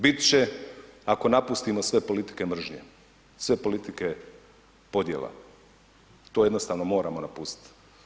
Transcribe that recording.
Bit će ako napustimo sve politike mržnje, sve politike podjela, to jednostavno moramo napustiti.